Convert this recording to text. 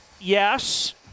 Yes